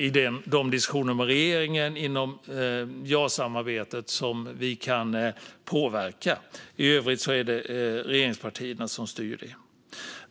I diskussionerna med regeringen kan vi påverka inom januarisamarbetet. I övrigt är det regeringspartierna som styr över detta.